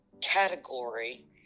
category